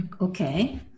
Okay